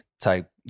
Type